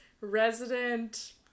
resident